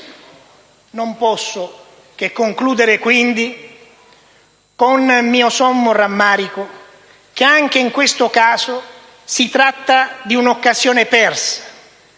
Non posso che concludere quindi, con mio sommo rammarico, che anche in questo caso si tratta di un'occasione persa.